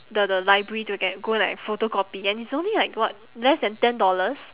the the library to get go like photocopy and it's only like what less than ten dollars